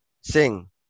sing